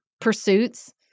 pursuits